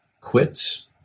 quits